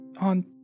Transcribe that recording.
on